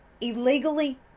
illegally